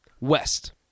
West